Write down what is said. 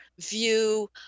view